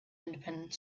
independent